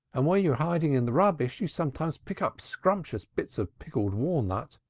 and while you are hiding in the rubbish you sometimes pick up scrumptious bits of pickled walnut.